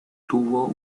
tuvo